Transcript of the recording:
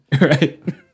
Right